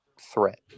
threat